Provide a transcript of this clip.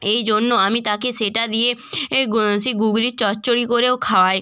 এই জন্য আমি তাকে সেটা দিয়ে এ গ্ সেই গুগলির চচ্চড়ি করেও খাওয়াই